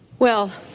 well,